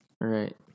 Right